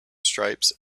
stripes